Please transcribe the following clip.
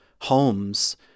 homes